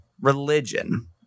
religion